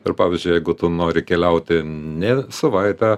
ir pavyzdžiui jeigu tu nori keliauti ne savaitę